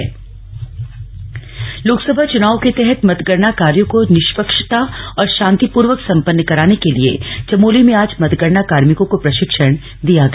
मतगणना प्रशिक्षण चमोली लोकसभा चुनाव के तहत मतगणना कार्यों को निष्पक्षता और शांतिपूर्वक संपन्न कराने के लिए चमोली में आज मतगणना कार्मिकों को प्रशिक्षण दिया गया